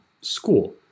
school